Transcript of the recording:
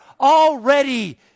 already